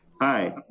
Hi